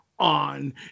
on